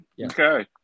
Okay